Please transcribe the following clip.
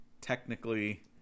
technically